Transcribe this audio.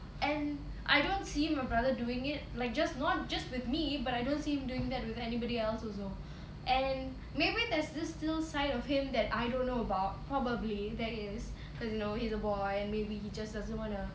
and I don't see my brother doing it like just not just with me but I don't see him doing that with anybody else also and maybe there's still side of him that I don't know about probably there is cause you know he's a boy and maybe he just doesn't want to